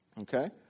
Okay